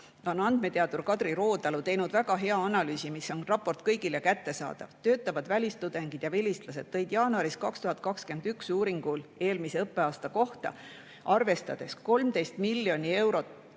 on andmeteadur Kadri Rootalu teinud väga hea analüüsi, see raport on kõigile kättesaadav. Töötavad välistudengid ja vilistlased tõid jaanuaris 2021 tehtud uuringu kohaselt eelmise õppeaasta kohta arvestatuna 13 miljonit